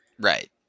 Right